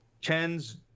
Chen's